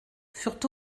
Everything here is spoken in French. furent